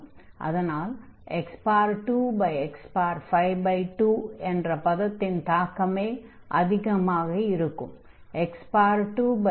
அதனால் x2x52 என்ற பதத்தின் தாக்கமே அதிகமாக இருக்கும்